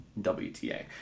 WTA